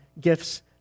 gifts